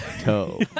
toe